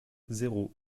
zéro